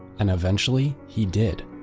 and eventually, he did,